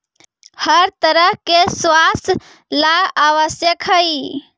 हर तरह के व्यवसाय ला आवश्यक हई